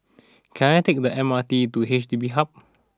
can I take the M R T to H D B Hub